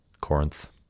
Corinth